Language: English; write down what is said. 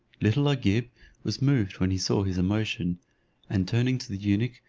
little agib was moved when he saw his emotion and turning to the eunuch,